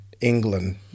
England